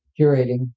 curating